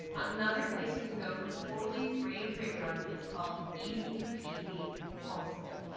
another place you can go for totally free curriculum is called easy-peasy homeschool.